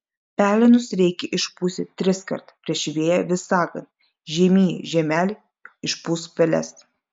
pelenus reikia išpūsti triskart prieš vėją vis sakant žiemy žiemeli išpūsk peles